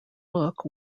look